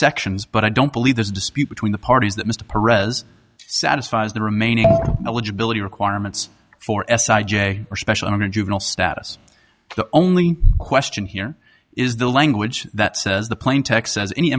subsections but i don't believe there's a dispute between the parties that mr perez satisfies the remaining eligibility requirements for s i j or special moment juvenile status the only question here is the language that says the plain text says any